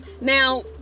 Now